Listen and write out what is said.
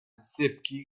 sypki